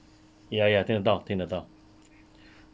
ya ya 听得到听得到